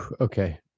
okay